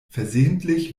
versehentlich